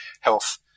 health